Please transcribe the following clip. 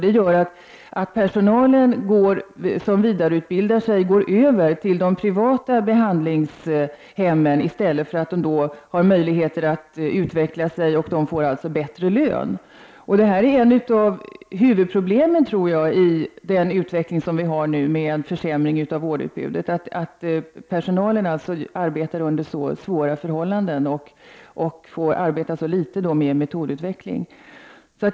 Det gör i sin tur att den personal som vidareutbildar sig går över till de privata behandlingshemmen. Där får de möjligheter att utveckla sig och de får också bättre lön. Det här är ett av huvudproblemen, tror jag, i den utveckling som vi ser nu med försämring av vårdutbudet. Personalen arbetar under svåra förhållanden och får arbeta för litet med metodutveckling.